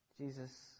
Jesus